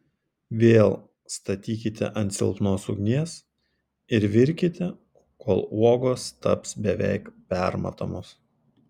vėl statykite ant silpnos ugnies ir virkite kol uogos taps beveik permatomos